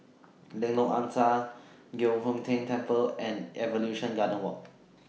Lengkok Angsa Giok Hong Tian Temple and Evolution Garden Walk